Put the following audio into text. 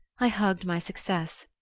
i hugged my success,